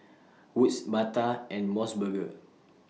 Wood's Bata and Mos Burger